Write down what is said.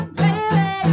baby